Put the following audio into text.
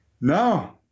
No